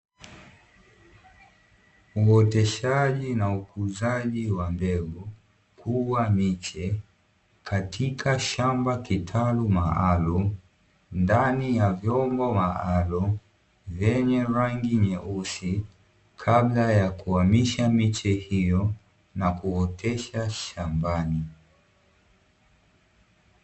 Uoteshaji na ukuzaji wa mbegu kuwa miche katika shamba, kitalu maalumu ndani ya vyombo maalumu vyenye rangi nyeusi kabla ya kuamisha miche hiyo na kuotesha shambani.